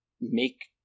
make